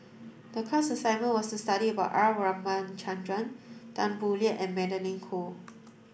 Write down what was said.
the class assignment was study about R Ramachandran Tan Boo Liat and Magdalene Khoo